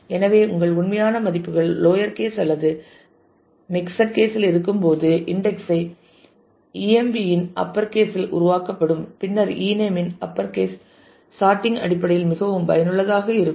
எனவே உங்கள் உண்மையான மதிப்புகள் லோயர் கேஸ் அல்லது மிக்ஸட் கேஸ் இல் இருக்கும்போது இன்டெக்ஸ் ஐ emp இன் அப்பர் கேஸ் இல் உருவாக்கப்படும் பின்னர் e name இன் அப்பர் கேஸ் சார்டிங் அடிப்படையில் மிகவும் பயனுள்ளதாக இருக்கும்